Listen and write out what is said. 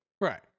Right